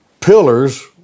Pillars